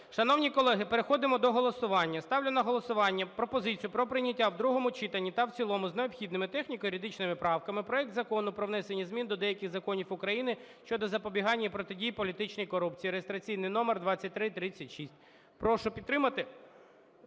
Шановні колеги, переходимо до голосування. Ставлю на голосування пропозицію про прийняття в другому читанні та в цілому з необхідними техніко-юридичними правками проект Закону про внесення змін до деяких законів України щодо запобігання і протидії політичній корупції (реєстраційний номер 2336). Прошу підтримати